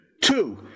Two